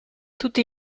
tutti